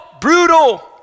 brutal